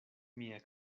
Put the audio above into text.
mia